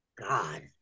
God